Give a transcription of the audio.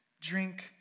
drink